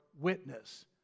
witness